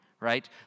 right